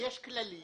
יש כללים